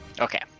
Okay